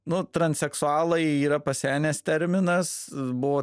nu transseksualai yra pasenęs terminas buvo